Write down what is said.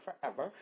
forever